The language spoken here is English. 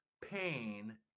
pain